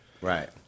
Right